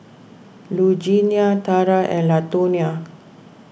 Lugenia Tarah and Latonia